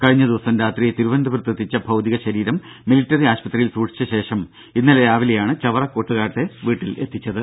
കഴിഞ്ഞ ദിവസം രാത്രി തിരുവനന്തപുരത്തെത്തിച്ച ഭൌതിക ശരീരം മിലിട്ടറി ആശുപത്രിയിൽ സൂക്ഷിച്ചശേഷം ഇന്നലെ രാവിലെയാണ് ചവറ കൊട്ടുകാട്ടെ വീട്ടിൽ എത്തിച്ചത്